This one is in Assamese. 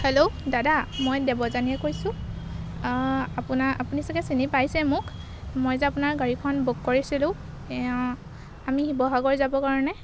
হেল্ল' দাদা মই দেৱযানীয়ে কৈছোঁ আপোনা আপুনি চাগে চিনি পাইছেই মোক মই যে আপোনাৰ গাড়ীখন বুক কৰিছিলোঁ অঁ আমি শিৱসাগৰ যাবৰ কাৰণে